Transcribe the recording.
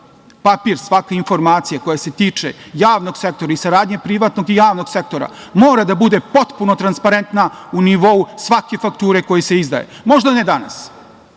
papri, svaka informacija koja se tiče javnog sektora i saradnje privatnog i javnog sektora mora da bude potpuno transparenta u nivou svake fakture koja se izdaje. Možda ne danas,